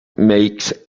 makes